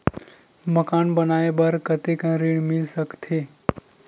मकान बनाये बर कतेकन ऋण मिल सकथे?